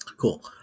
cool